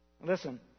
Listen